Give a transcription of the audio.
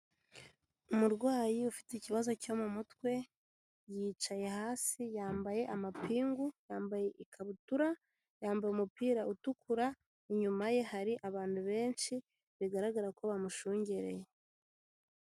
Umurwayi ufite ikibazo cyo mu mutwe, yicaye hasi, yambaye amapingu, yambaye ikabutura, yambaye umupira utukura, inyuma ye hari abantu benshi, bigaragara ko bamushungereye.